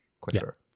quicker